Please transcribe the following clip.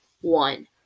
One